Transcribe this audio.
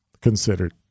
considered